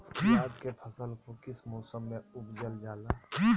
प्याज के फसल को किस मौसम में उपजल जाला?